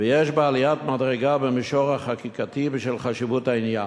ויש בה עליית מדרגה במישור החקיקתי בשל חשיבות העניין.